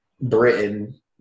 Britain